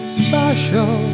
special